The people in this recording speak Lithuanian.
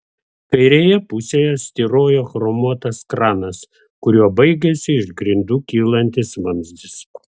kairėje pusėje styrojo chromuotas kranas kuriuo baigėsi iš grindų kylantis vamzdis